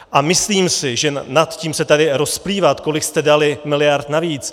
A myslím si, že nad tím se tady rozplývat, kolik jste dali miliard navíc...